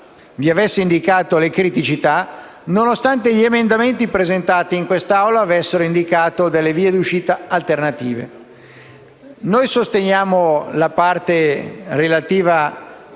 vi avesse indicato le criticità e nonostante gli emendamenti presentati in Assemblea avessero individuato delle vie di uscita alternative. Sosteniamo la parte relativa